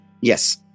Yes